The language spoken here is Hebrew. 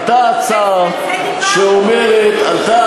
עלתה הצעה שאומרת, על זה דיברתי.